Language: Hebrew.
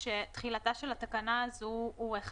שהגיעה אומנם ברגע